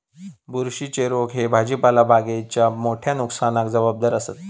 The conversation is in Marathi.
बुरशीच्ये रोग ह्ये भाजीपाला बागेच्या मोठ्या नुकसानाक जबाबदार आसत